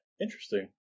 Interesting